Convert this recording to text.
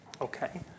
Okay